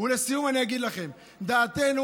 ולסיום אני אגיד לכם: דעתנו